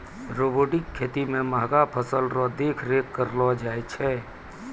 robotic खेती मे महंगा फसल रो देख रेख करलो जाय छै